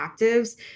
actives